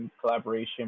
collaboration